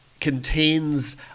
contains